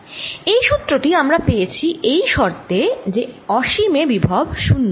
এই সুত্র টি আমরা পেয়েছি এই শর্তে যে অসীম এ বিভব শুন্য